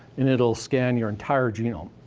and it'll scan your entire genome.